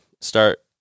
start